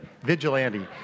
Vigilante